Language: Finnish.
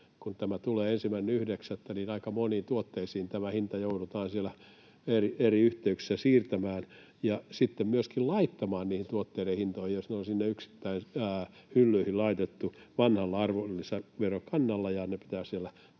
kun tämä tulee 1.9., niin aika moniin tuotteisiin tämä hinta joudutaan siellä eri yhteyksissä siirtämään — ja sitten myöskin laittamaan niihin tuotteiden hintoihin, jos ne on sinne yksittäin hyllyihin laitettu vanhalla arvonlisäverokannalla ja ne pitää siellä